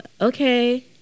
okay